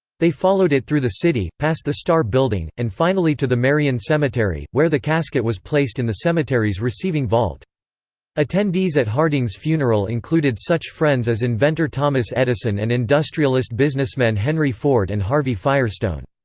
they followed it through the city, past the star building, and finally to the marion cemetery, where the casket was placed in the cemetery's receiving vault attendees at harding's funeral included such friends as inventor thomas edison and industrialist businessmen henry ford and harvey firestone.